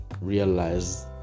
realize